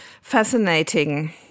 Fascinating